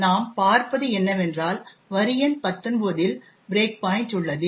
நாம் பார்ப்பது என்னவென்றால் வரி எண் 19 இல் பிரேக் பாயிண்ட் உள்ளது